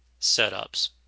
setups